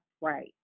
right